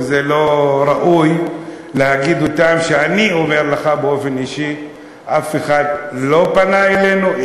וזה לא ראוי להגיד אותן כשאני אומר לך באופן אישי: אף אחד לא פנה אלינו,